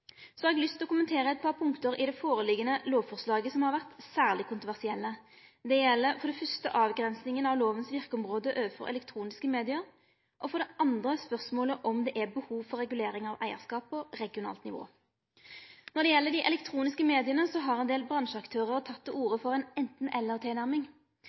Så har eg lyst til å kommentere eit par punkt i det føreliggjande lovforslaget som har vore særleg kontroversielle. Det gjeld for det første avgrensinga av loven sitt verkeområde overfor elektroniske media, og for det andre spørsmålet om det er behov for reguleringar av eigarskap på regionalt nivå. Når det gjeld dei elektroniske media, har ein del bransjeaktørar tatt til